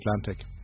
Atlantic